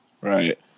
right